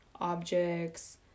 objects